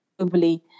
globally